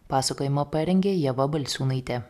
pasakojimą parengė ieva balsiūnaitė